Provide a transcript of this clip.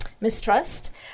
mistrust